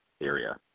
area